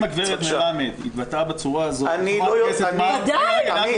אם הגברת מלמד התבטאה בצורה הזאת כלפי חברת הכנסת מארק,